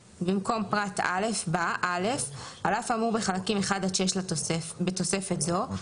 במקום פרט (א) בא: "(א) על אף האמור בחלקים 1 עד 6 בתוספת זו,